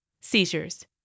seizures